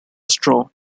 straw